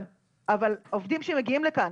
אבל עובדים שמגיעים לכאן